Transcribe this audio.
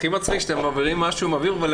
הכי מצחיק שאתם מבהירים את זה ולשאלה